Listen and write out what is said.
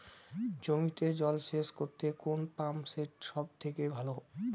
জমিতে জল সেচ করতে কোন পাম্প সেট সব থেকে ভালো?